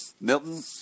Milton